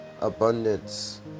abundance